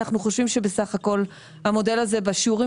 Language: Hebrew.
אנחנו חושבים שבסך הכול המודל הזה בשיעורים